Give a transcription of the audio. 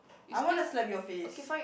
I wanna slap your face